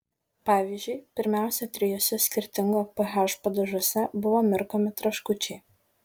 pavyzdžiui pirmiausia trijuose skirtingo ph padažuose buvo mirkomi traškučiai